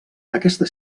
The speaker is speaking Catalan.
aquesta